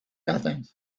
nothing